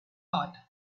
hot